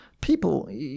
People